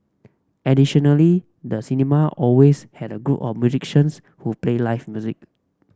additionally the cinema always had a group of musicians who played live music